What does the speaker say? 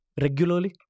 regularly